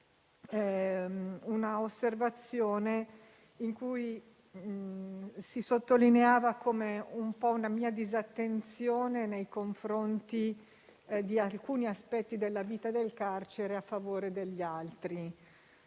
all'osservazione in cui si è sottolineata una mia disattenzione nei confronti di alcuni aspetti della vita del carcere a favore di altri.